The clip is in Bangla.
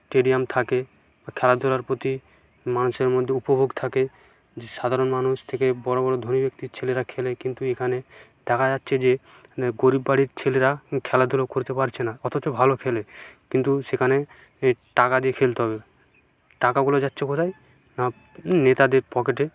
টেডিয়াম থাকে খেলাধুলার প্রতি মানুষের মধ্যে উপভোগ থাকে যে সাধারণ মানুষ থেকে বড়ো বড়ো ধনী ব্যাক্তির ছেলেরা খেলে কিন্তু এখানে দেখা যাচ্ছে যে গরিব বাড়ির ছেলেরা খেলাধুলো করতে পারছে না অথচ ভালো খেলে কিন্তু সেখানে এ টাকা দিয়ে খেলতে হবে টাকাগুলো যাচ্ছে কোথায় না নেতাদের পকেটে